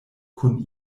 kun